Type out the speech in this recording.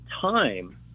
time